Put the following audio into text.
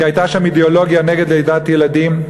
כי הייתה שם אידיאולוגיה נגד לידת ילדים.